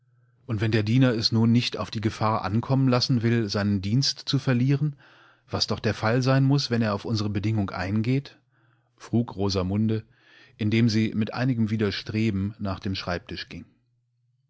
und wenn der diener es nun nicht auf die gefahr ankommen lassen will seinen dienst zu verlieren was doch der fall sein muß wenn er auf unsere bedingung eingeht frugrosamudne indemsiemiteinigemwiderstrebennachdemschreibtisch ging